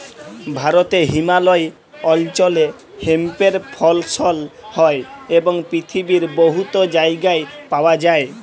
ভারতে হিমালয় অল্চলে হেম্পের ফসল হ্যয় এবং পিথিবীর বহুত জায়গায় পাউয়া যায়